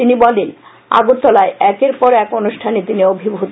তিনি বলেন আগরতলায় একের পর এক অনুষ্ঠানে তিনি অভিভ্রত